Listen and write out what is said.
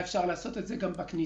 אפשר היה אפשר לעשות אותו בכניסה,